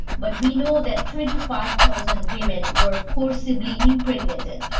but we know that twenty five thousand women were forcibly impregnated,